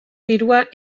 dirua